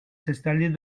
s’installer